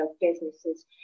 businesses